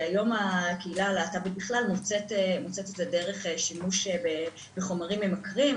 שהיום הקהילה הלהט"בית בכלל מוצאת את זה דרך שימוש בחומרים ממכרים.